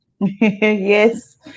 Yes